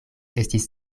estis